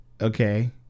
okay